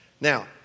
Now